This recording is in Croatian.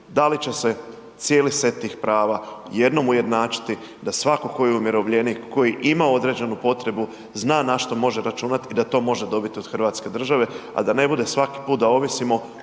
da li će se cijeli set tih prava jednom ujednačiti da svako ko je umirovljenik koji ima određenu potrebu zna na što može računati i da to može dobiti od Hrvatske države, a da ne bude svaki put da ovisimo